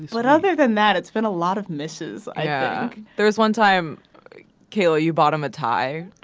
but other than that, it's been a lot of misses. there was one time kill. you bought them a tie.